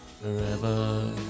forever